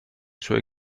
suoi